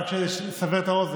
רק כדי לסבר את האוזן,